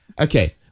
Okay